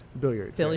Billiards